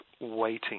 waiting